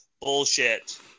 Bullshit